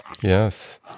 yes